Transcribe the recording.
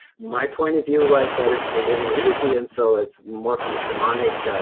my point of view was that it's the living entity. and so it's more from a shamanic